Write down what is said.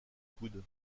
coude